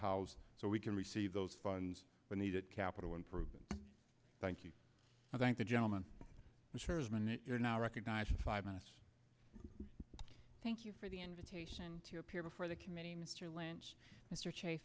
house so we can receive those funds when needed capital improvement thank you i thank the gentleman who shares my you're now recognized five minutes thank you for the invitation to appear before the committee mr lynch mr chase